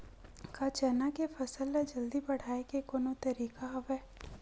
का चना के फसल ल जल्दी बढ़ाये के कोनो तरीका हवय?